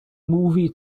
movie